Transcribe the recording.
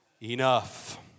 enough